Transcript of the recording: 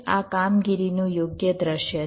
આ કામગીરીનું યોગ્ય દૃશ્ય છે